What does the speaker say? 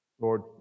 Lord